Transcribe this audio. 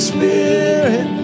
Spirit